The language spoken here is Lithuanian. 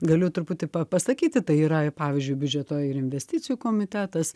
galiu truputį pasakyti tai yra pavyzdžiui biudžeto ir investicijų komitetas